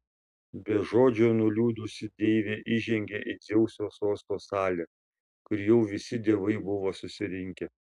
be žodžio nuliūdusi deivė įžengė į dzeuso sosto salę kur jau visi dievai buvo susirinkę